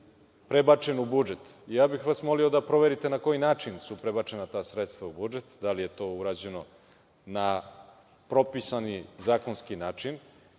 prebačen u budžet. Ja bih vas molio da proverite na koji način su prebačena ta sredstva u budžet, da li je to urađeno na propisani zakonski način?